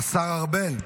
השר ארבל,